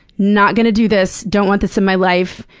not gonna do this. don't want this in my life.